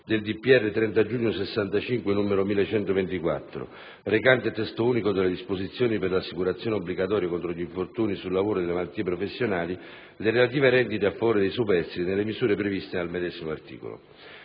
30 giugno 1965, n. 1124, recante Testo unico delle disposizioni per l'assicurazione obbligatoria contro gli infortuni sul lavoro e le malattie professionali, le relative rendite a favore dei superstiti, nelle misure previste al medesimo articolo.